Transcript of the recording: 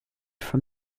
from